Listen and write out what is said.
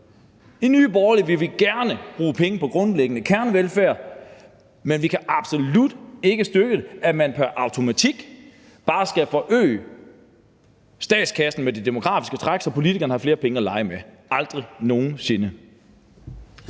I Nye Borgerlige vil vi gerne bruge penge på grundlæggende kernevelfærd, men vi kan absolut ikke støtte, at man pr. automatik bare skal forøge statskassen med det demografiske træk, så politikerne har flere penge at lege med – aldrig nogen sinde.